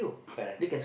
correct